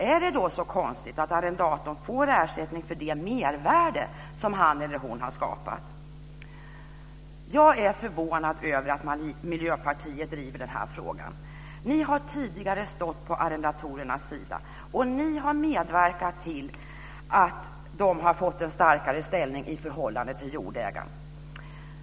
Är det då så konstigt att arrendatorn får ersättning för det mervärde som han eller hon har skapat? Jag är förvånad över att Miljöpartiet driver den här frågan. Ni har tidigare stått på arrendatorernas sida och ni har medverkat till att de har fått en starkare ställning i förhållande till jordägaren.